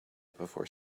before